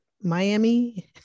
Miami